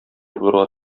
булырга